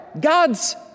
God's